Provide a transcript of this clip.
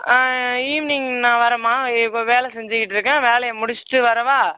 evening நான் வரம்மா இப்போ வேலை செஞ்சிக்கிட்யிருக்கேன் வேலையை முடிஷ்ட்டு வரவா